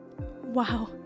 Wow